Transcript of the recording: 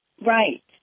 Right